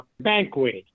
banquet